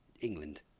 England